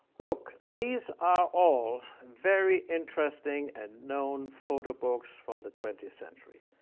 look, these are all very interesting and known photo books from the twentieth century,